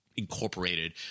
Incorporated